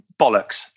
Bollocks